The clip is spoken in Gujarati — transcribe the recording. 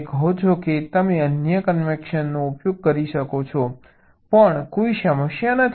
તમે કહો છો કે તમે અન્ય કન્વેશનનો ઉપયોગ કરી શકો છો પણ કોઈ સમસ્યા નથી